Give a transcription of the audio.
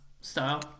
style